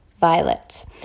violet